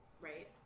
right